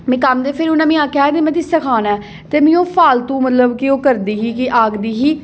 फिर उ'नें मीं आखेआ हा कि सखाना ऐ ते मीं ओह् फालतू मतलब कि ओह् करदी ही आखदी ही